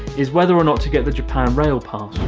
is whether or not to get the japan um rail pass.